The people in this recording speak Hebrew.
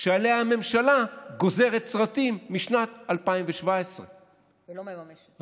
שעליהן הממשלה גוזרת סרטים משנת 2017. ולא מממשת אותן.